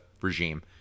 regime